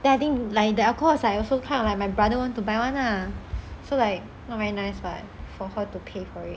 then I think like the alcohol is also kind of like my brother want to buy one lah so like not very nice [what] for her to pay for it